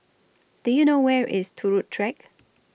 Do YOU know Where IS Turut Track